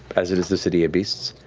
as it is the city of beasts,